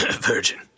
Virgin